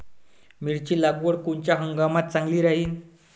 मिरची लागवड कोनच्या हंगामात चांगली राहीन?